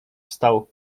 wstał